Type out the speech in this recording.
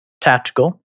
Tactical